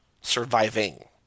surviving